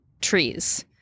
trees